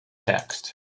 text